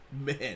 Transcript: man